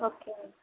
okay అండి